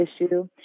issue